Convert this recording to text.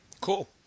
Cool